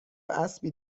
اسبی